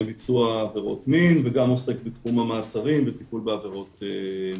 ביצוע עבירות מין וגם עוסק בתחום המעצרים ובטיפול בעבירות מין.